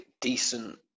decent